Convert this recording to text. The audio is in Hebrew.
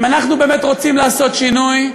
אם אנחנו באמת רוצים לעשות שינוי,